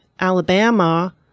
Alabama